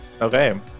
okay